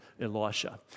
Elisha